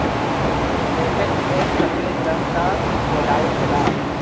latex एक सफेद रंग क कोलाइड होला